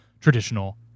traditional